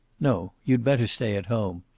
no. you'd better stay at home.